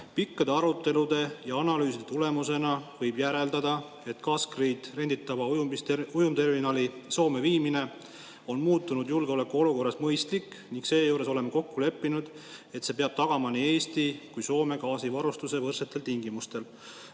"Pikkade arutelude ja analüüside tulemusena võib järeldada, et Gasgridi renditava ujuvterminali Soome viimine on muutunud julgeolekuolukorras mõistlik ning seejuures oleme kokku leppinud, et see peab tagama nii Eesti kui Soome gaasivarustuse võrdsetel tingimustel."